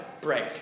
break